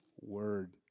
Word